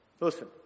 Listen